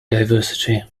diversity